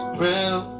real